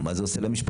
מה זה עושה למשפחות.